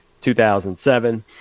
2007